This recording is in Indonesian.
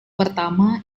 pertama